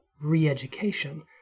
re-education